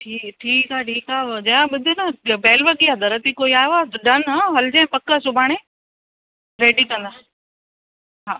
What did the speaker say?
ठी ठीकु आहे ठीकु आहे जया ॿुध न त बैल वगी आहे दर ते कोई आयो आहे त डन न हलिजांइ पक सुभाणे रेडी कंदा हा